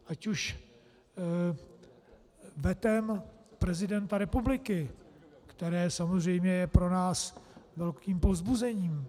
Ať už vetem prezidenta republiky, které je samozřejmě pro nás velkým povzbuzením.